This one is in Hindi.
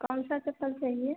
कौन सा चप्पल चाहिए